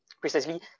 precisely